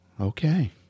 Okay